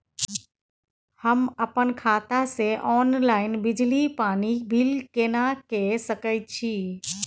हम अपन खाता से ऑनलाइन बिजली पानी बिल केना के सकै छी?